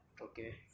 okay